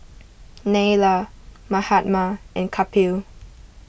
Neila Mahatma and Kapil